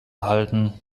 halten